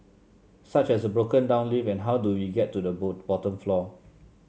such as a broken down lift and how do we get to the bottom floor